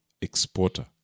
exporter